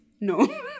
no